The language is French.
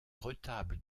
retable